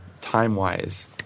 time-wise